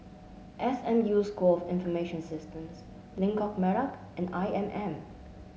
S M U School of Information Systems Lengkok Merak and I M M